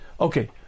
Okay